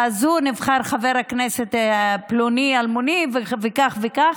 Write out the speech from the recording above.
הזו נבחר חבר הכנסת פלוני אלמוני וכך וכך,